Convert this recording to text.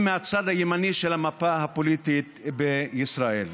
מהצד הימני של המפה הפוליטית בישראל.